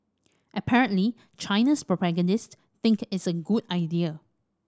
apparently China's propagandist think it's a good idea